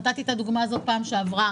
ונתתי את הדוגמה הזאת בפעם שעברה.